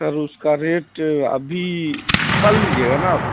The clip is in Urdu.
سر اس کا ریٹ ابھی کل لیجیے گا نا آپ